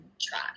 Try